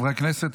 חברי הכנסת,